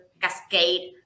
cascade